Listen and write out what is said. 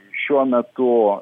šiuo metu